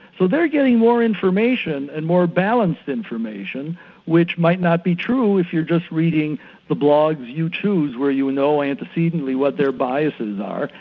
so they're getting more information and more balanced information which might not be true if you're just reading the blogs you choose where you know antecedently what their biases are,